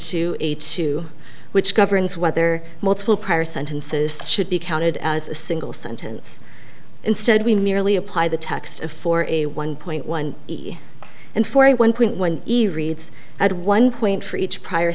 two which governs whether multiple prior sentences should be counted as a single sentence instead we merely apply the tax for a one point one and forty one point when he reads add one point for each prior